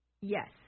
Yes